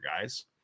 guys